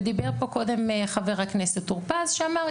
ודיבר פה קודם חבר הכנסת טורפז שאמר,